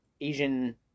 Asian